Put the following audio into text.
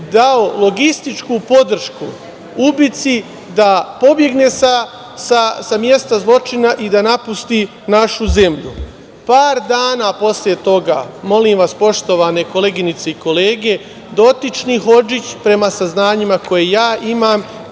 dao logističku podršku ubici da pobegne sa mesta zločina i da napusti našu zemlju. Par dana posle toga, molim vas poštovane koleginice i kolege, dotični Hodžić prema saznanjima koje ja imam,